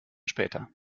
später